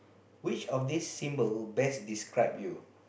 which of these symbol best describe you